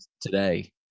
today